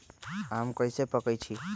आम कईसे पकईछी?